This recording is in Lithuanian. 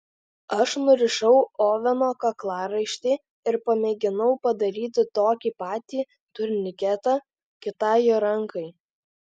aš nurišau oveno kaklaraištį ir pamėginau padaryti tokį patį turniketą kitai jo rankai